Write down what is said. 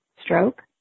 stroke